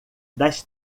das